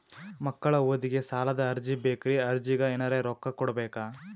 ಮಕ್ಕಳ ಓದಿಗಿ ಸಾಲದ ಅರ್ಜಿ ಬೇಕ್ರಿ ಅರ್ಜಿಗ ಎನರೆ ರೊಕ್ಕ ಕೊಡಬೇಕಾ?